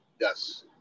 yes